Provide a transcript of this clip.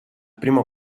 primo